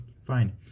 fine